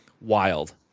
wild